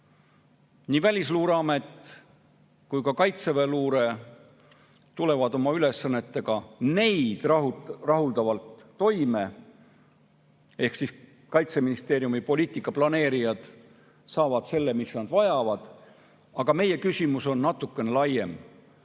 Nii Välisluureamet kui ka kaitseväeluure tulevad oma ülesannetega n e i d rahuldavalt toime. Ehk siis Kaitseministeeriumi poliitika planeerijad saavad selle, mida nad vajavad. Aga meie küsimus on natuke laiem.